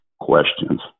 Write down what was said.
questions